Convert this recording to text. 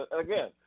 again